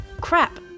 Crap